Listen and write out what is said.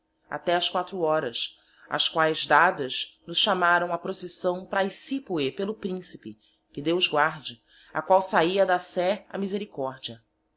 até as quatro horas as quaes dadas nos chamárão á procissão praecipue pelo principe que deos guarde a qual sahia da sé á misericordia